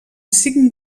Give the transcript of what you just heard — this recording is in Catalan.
cinc